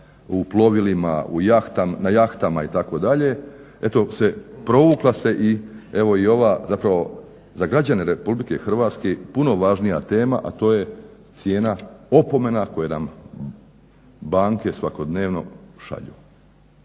plovilima, na jahtama itd,. eto provukla se evo i ova zapravo za građane RH puno važnija tema, a to je cijena opomena koje nam banke svakodnevno šalju.